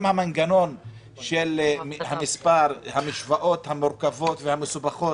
גם המנגנון המוצע, כל המשוואות המורכבות והמסובכות